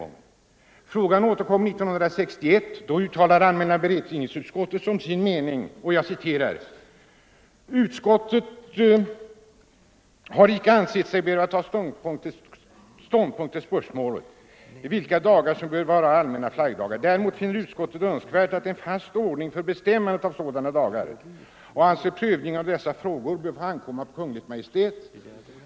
Frågan återkom år 1961. Då uttalade allmänna beredningsutskottet som sin mening: ”Utskottet har icke ansett sig böra taga ståndpunkt till spörsmålet, vilka dagar som bör vara allmänna flaggdagar. Däremot finner utskottet önskvärt med en fast ordning för bestämmandet av sådana dagar och anser prövningen av dessa frågor böra få ankomma på Kungl. Maj:t.